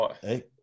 Hey